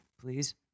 please